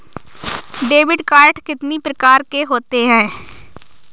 Debit card कितनी प्रकार के होते हैं?